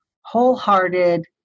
wholehearted